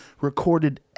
recorded